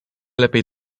lepiej